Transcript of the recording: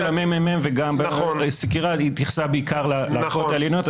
הממ"מ וגם בסקירה התייחסה בעיקר לערכאות העליונות.